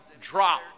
drop